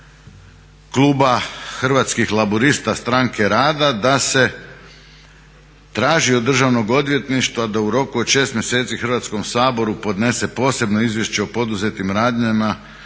Hrvatskih laburista – stranke rada da se traži od Državnog odvjetništva da u roku od šest mjeseci Hrvatskom saboru podnese posebno izvješće o poduzetim radnjama